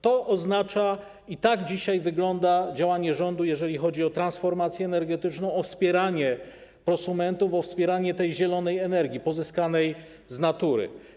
Tak dzisiaj wygląda działanie rządu, jeżeli chodzi o transformację energetyczną, o wspieranie prosumentów, o wspieranie tej zielonej energii pozyskanej z natury.